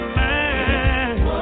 mind